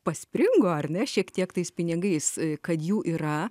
paspringo ar ne šiek tiek tais pinigais kad jų yra